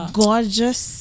gorgeous